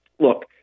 Look